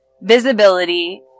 visibility